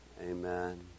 Amen